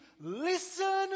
listen